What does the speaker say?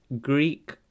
Greek